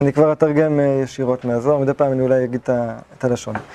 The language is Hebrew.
אני כבר אתרגם ישירות מאזור, מדי פעם אולי אני אגיד את הלשון.